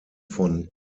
von